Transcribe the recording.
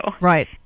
Right